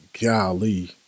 golly